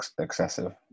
excessive